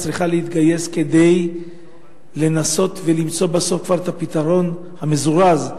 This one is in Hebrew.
צריכה להתגייס כדי למצוא כבר את הפתרון המזורז,